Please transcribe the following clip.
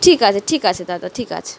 ঠিক আছে ঠিক আছে দাদা ঠিক আছে